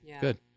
good